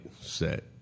set